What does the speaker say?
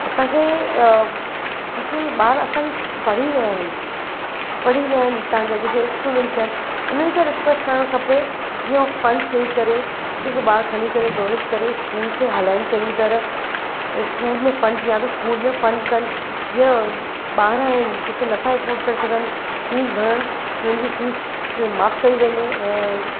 असांखे जेके ॿार असांखे पढ़ी विया आहिनि पढ़ी विया आहिनि तव्हांजा जेके एक्स इस्टुडेंट्स आहिनि उन्हनि खे रिक्वेस्ट करणु खपे जीअं उहे फ़ंड्स ॾेई करे हिकु हिकु ॿारु खणी करे डोनेट करे स्कूल खे हलाएनि चङी तरह स्कूल में फ़ंड्स या त स्कूल में फ़ंड कनि जिअं ॿार आहिनि जेके नथा एफोर्ड करे सघनि फीस भरण उन्हनि खे फीस माफ़ु कई वञे ऐं